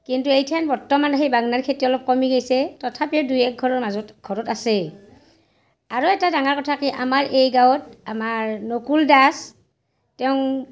কিন্তু এথিয়ান বৰ্তমান সেই বাঙনাৰ খেতি অলপ কমি গৈছে তথাপিও দুই এক ঘৰৰ মাজত ঘৰত আছেই আৰু এটা ডাঙাৰ কথা কি আমাৰ এই গাঁৱত আমাৰ নকুল দাস তেওঁ